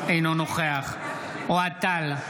אינו נוכח אוהד טל,